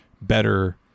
better